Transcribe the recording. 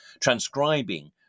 transcribing